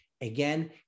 Again